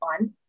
on